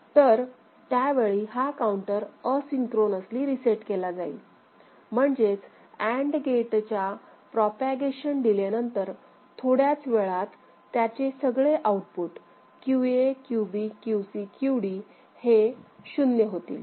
तर त्यावेळी हा काउंटर असिंक्रोनसली रिसेट केला जाईल म्हणजेच अँड गेटच्या प्रोपॅगेशन डीले नंतर थोड्याच वेळात त्याचे सगळे आउटपुट QAQBQCQD हे 0 होतील